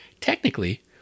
Technically